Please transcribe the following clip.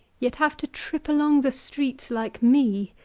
yet have to trip along the streets like me,